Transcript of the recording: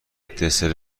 دسر